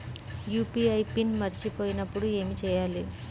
UPI PIN మరచిపోయినప్పుడు ఏమి చేయాలి?